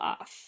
off